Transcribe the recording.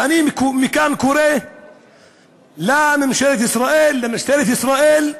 ואני מכאן קורא לממשלת ישראל, למשטרת ישראל,